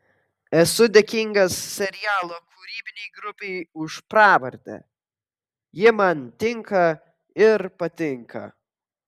esu dėkingas serialo kūrybinei grupei už pravardę ji man tinka ir patinka